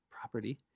property